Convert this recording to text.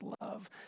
love